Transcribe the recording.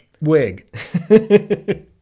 wig